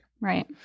Right